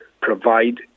provide